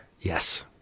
Yes